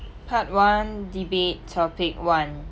part one debate topic one